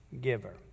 giver